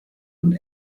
und